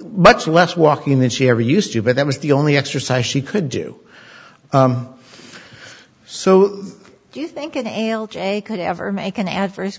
much less walking than she ever used to but that was the only exercise she could do so do you think an ale could ever make an adverse